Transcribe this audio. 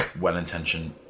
well-intentioned